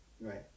Right